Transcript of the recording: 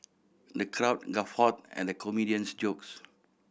the crowd guffawed at the comedian's jokes